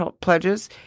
pledges